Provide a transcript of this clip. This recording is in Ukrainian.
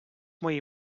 моїй